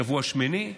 שבוע שמיני?